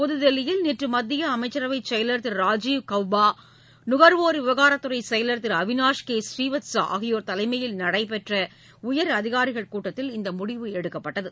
புதுதில்லியில் நேற்று மத்திய அமைச்சரவை செயல் திரு ராஜீவ் கவ்பா நுகர்வோர் விவகாரத் துறை செயலர் திரு அவினாஷ் கே பூரீவத்சவா ஆகியோர் தலைமையில் நடைபெற்ற உயர் அதிகாரிகள் கூட்டத்தில் இந்த முடிவு எடுக்கப்பட்டுள்ளது